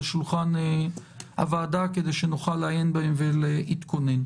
שולחן הוועדה כדי שנוכל לעיין בהם ולהתכונן.